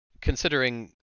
considering